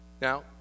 Now